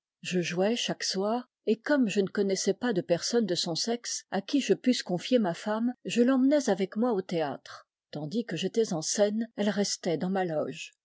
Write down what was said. je jouais chaque soir et comme je ne connaissais pas de personne de son sexe à qui je pusse confier ma femme je l'emmenais avec moi au théâtre tandis que j'étais en scène elle restait dans ma loge